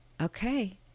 okay